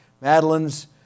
Madeline's